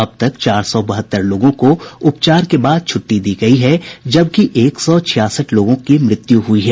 अब तक चार सौ बहत्त्र लोगों को उपचार के बाद छुट्टी दी गई जबकि एक सौ छियासठ लोगों की मृत्यु हुई है